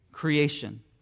creation